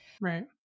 Right